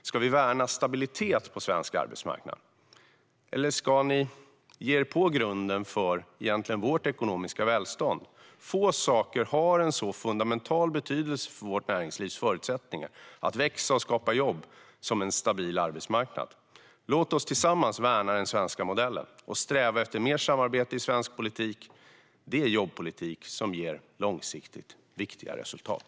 Ska vi värna stabilitet på svensk arbetsmarknad, eller ska ni ge er på grunden för vårt ekonomiska välstånd? Få saker har en så fundamental betydelse för vårt näringslivs förutsättningar att växa och skapa jobb som en stabil arbetsmarknad. Låt oss tillsammans värna den svenska modellen och sträva efter mer samarbete i svensk politik. Det är jobbpolitik som ger långsiktigt riktiga resultat.